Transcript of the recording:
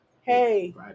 Hey